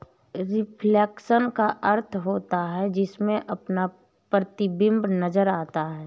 reflection का अर्थ होता है जिसमें अपना प्रतिबिंब नजर आता है